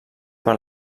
per